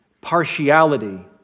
partiality